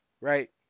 Right